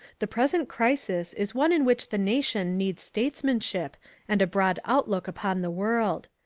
the present crisis is one in which the nation needs statesmanship and a broad outlook upon the world.